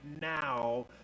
now